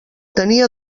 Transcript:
tenia